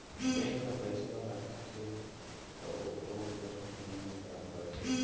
bank ह पइसा राखथे त ओकरो बड़ नियम धरम रथे